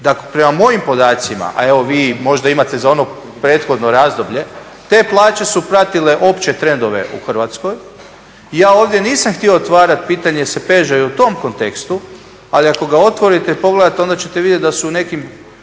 da prema mojim podacima, a evo vi možda imate za ono prethodno razdoblje, te plaće su pratile opće trendove u Hrvatskoj. Ja ovdje nisam htio otvarati, pitanje se veže i u tom kontekstu, ali ako ga otvorite i pogledate onda ćete vidjeti da su relativno